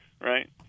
Right